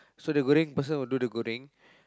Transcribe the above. so the goreng person will do the goreng